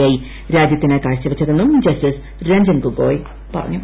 I രാജ്യത്തിന് കാഴ്ചവച്ചത് എന്നും ജസ്റ്റിസ് രഞ്ജൻ ഗൊഗോയ് പറഞ്ഞു